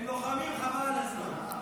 הם לוחמים חבל על הזמן.